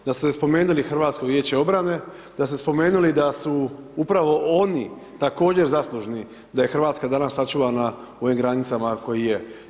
Da ste spomenuli HVO, da ste spomenuli da su upravo oni također zaslužni da je Hrvatska danas sačuvana u ovim granicama u kojim je.